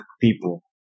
People